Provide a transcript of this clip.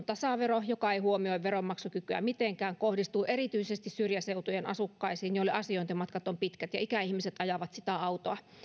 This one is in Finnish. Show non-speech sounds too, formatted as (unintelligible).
(unintelligible) tasavero joka ei huomioi veronmaksukykyä mitenkään ja kohdistuu erityisesti syrjäseutujen asukkaisiin joille asiointimatkat ovat pitkät ja ikäihmiset ajavat autoa